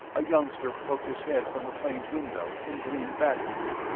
a youngster poked his head from the plane's window and grinned back at them.